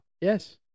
Yes